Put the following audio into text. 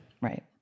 Right